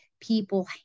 people